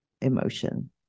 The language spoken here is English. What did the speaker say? emotion